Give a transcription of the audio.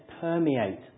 permeate